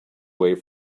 wave